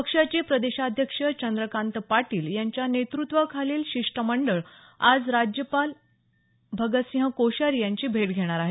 पक्षाचे प्रदेशाध्यक्ष चंद्रकांत पाटील यांच्या नेतृत्वाखालील शिष्टमंडळ आज राज्यपाल भगतसिंह कोश्यारी यांची भेट घेणार आहेत